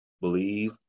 believe